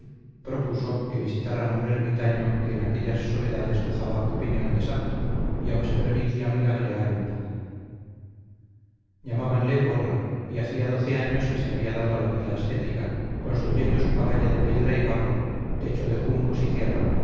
propuso que visitaran a un ermitaño que en aquellas soledades gozaba opinión de santo y aun se permitía milagrear un poco llamábanle borra y hacía doce años que se había dado a la vida ascética construyendo su cabaña de piedra y barro techo de juncos y tierra